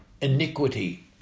iniquity